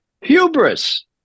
Hubris